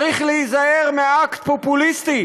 צריך להיזהר מאקט פופוליסטי